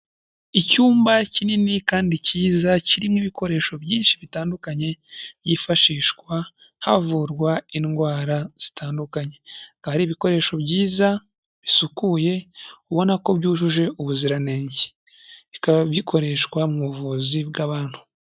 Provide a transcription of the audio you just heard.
Icyumba kinini kandi kiza kirimo ibikoresho byinshi bitandukanye byifashishwa havurwa indwara zitandukanye. Bikaba ari ibikoresho byiza bisukuye ubona ko byujuje ubuziranenge. Bikaba bikoreshwa mu buvuzi bw'abantu.